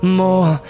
more